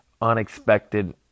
unexpected